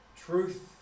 Truth